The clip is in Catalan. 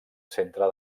centre